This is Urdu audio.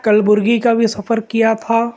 کلبرگی کا بھی سفر کیا تھا